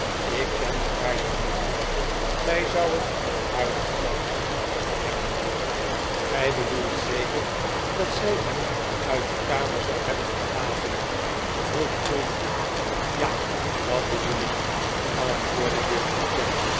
ik kende haar nog niet goed zij zou het uitgebracht hebben gij bedoelt zeker dat zij hem uit de kamer zou hebben gelaten vroeg john ja dat bedoel ik antwoordde juffrouw gamp